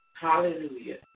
Hallelujah